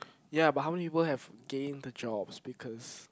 ya but how many people have gain the jobs because